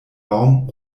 baum